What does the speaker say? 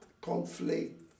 conflict